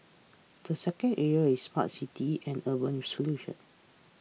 the second area is smart cities and urban solutions